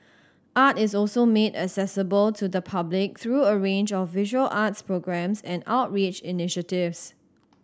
art is also made accessible to the public through a range of visual arts programmes and outreach initiatives